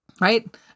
Right